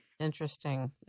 Interesting